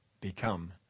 become